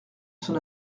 son